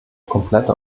komplette